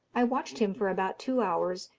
i watched him for about two hours,